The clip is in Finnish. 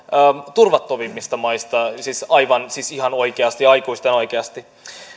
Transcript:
turvattomimmista maista siis ihan oikeasti aikuisten oikeasti